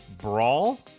brawl